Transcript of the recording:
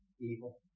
evil